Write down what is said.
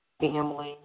family